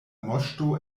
moŝto